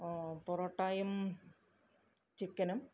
പൊറോട്ടായും ചിക്കനും